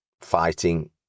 fighting